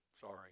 Sorry